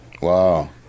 Wow